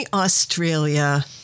Australia